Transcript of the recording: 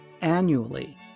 annually